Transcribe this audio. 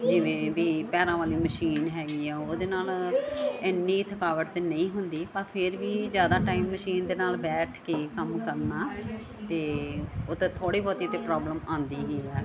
ਜਿਵੇਂ ਵੀ ਪੈਰਾਂ ਵਾਲੀ ਮਸ਼ੀਨ ਹੈਗੀ ਆ ਉਹਦੇ ਨਾਲ ਇੰਨੀ ਥਕਾਵਟ ਤਾਂ ਨਹੀਂ ਹੁੰਦੀ ਪਰ ਫਿਰ ਵੀ ਜ਼ਿਆਦਾ ਟਾਈਮ ਮਸ਼ੀਨ ਦੇ ਨਾਲ ਬੈਠ ਕੇ ਕੰਮ ਕਰਨਾ ਅਤੇ ਓਦਾਂ ਥੋੜ੍ਹੀ ਬਹੁਤੀ ਤਾਂ ਪ੍ਰੋਬਲਮ ਆਉਂਦੀ ਹੀ ਹੈ